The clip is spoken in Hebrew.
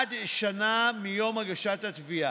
עד שנה מיום הגשת התביעה,